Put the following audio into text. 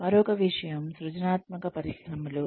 మరొక విషయం సృజనాత్మక పరిశ్రమలు